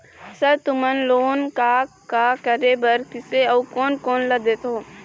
Sir तुमन loan का का करें बर, किसे अउ कोन कोन ला देथों?